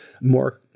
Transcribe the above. more